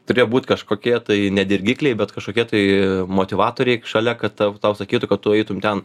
turėjo būt kažkokie tai ne dirgikliai bet kažkokie tai motyvatoriai šalia kad tau sakytų kad tu eitum ten